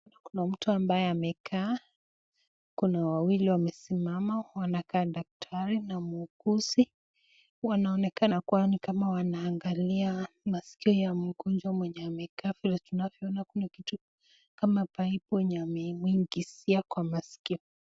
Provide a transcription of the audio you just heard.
Kuna mtu ambaye amekaa, kuna wawili wamesimama, wanakaa daktari na muuguzi. Wanaonekana kuwa ni kama wanaangalia masikio ya mgonjwa mwenye amekaa, vile tunavyoona kuna kitu kama paipu yenye ameingizia kwa masikio.